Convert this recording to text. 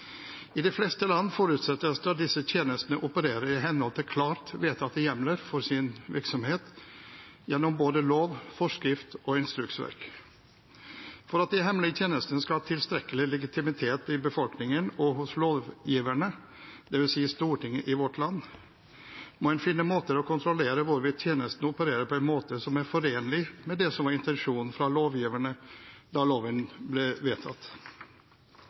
I de fleste land forutsettes det at disse tjenestene opererer i henhold til klart vedtatte hjemler for sin virksomhet, gjennom både lov, forskrift og instruksverk. For at de hemmelige tjenestene skal ha tilstrekkelig legitimitet i befolkningen og hos lovgiverne, dvs. Stortinget i vårt land, må en finne måter å kontrollere hvorvidt tjenestene opererer på en måte som er forenlig med det som var intensjonen fra lovgiverne da loven ble vedtatt.